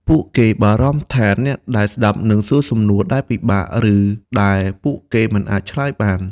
ពួកគេបារម្ភថាអ្នកដែលស្តាប់នឹងសួរនូវសំណួរដែលពិបាក ឬដែលពួកគេមិនអាចឆ្លើយបាន។